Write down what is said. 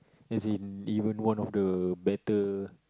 as in even one of the better